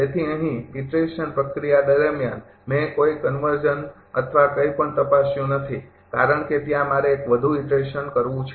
તેથી અહીં ઈટરેશન પ્રક્રિયા દરમિયાન મેં કોઈ કન્વર્ઝન અથવા કંઇપણ તપાસ્યું નથી કારણ કે ત્યાં મારે એક વધુ ઈટરેશન કરવું છે